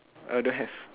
uh don't have